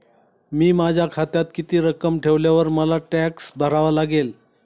मी माझ्या खात्यात किती रक्कम ठेवल्यावर मला टॅक्स भरावा लागेल?